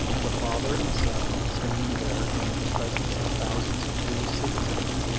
the father and son standing there in the presence of thousands of free citizens,